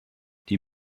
der